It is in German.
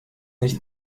nicht